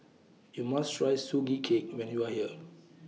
YOU must Try Sugee Cake when YOU Are here